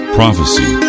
prophecy